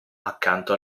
accanto